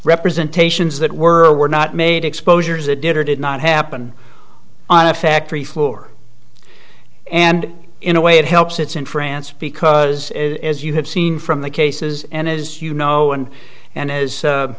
representations that were were not made exposures a did or did not happen on a factory floor and in a way it helps it's in france because as you have seen from the cases and as you know and and as